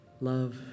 Love